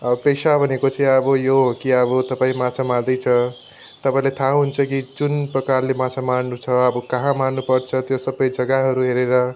अब पेसा भनेको चाहिँ अब यो हो कि अब तपाईँ माछा मार्दैछ तपाईँलाई थाहा हुन्छ कि जुन प्रकारले माछा मार्नु छ अब कहाँ मार्नु पर्छ त्यो सबै जग्गाहरू हेरेर